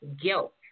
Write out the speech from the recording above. guilt